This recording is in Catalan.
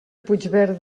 puigverd